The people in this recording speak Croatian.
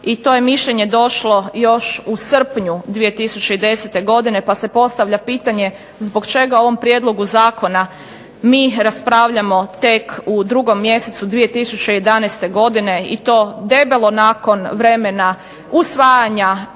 i to je mišljenje došlo još u srpnju 2010. godine pa se postavlja pitanje zbog čega o ovom prijedlogu zakona mi raspravljamo tek u 2. mjesecu 2011. godine i to debelo nakon vremena usvajanja